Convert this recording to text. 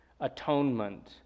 atonement